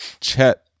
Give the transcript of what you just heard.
Chet